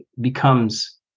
becomes